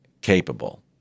capable